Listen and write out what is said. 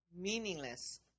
meaningless